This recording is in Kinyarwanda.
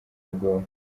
bwoba